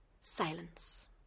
Silence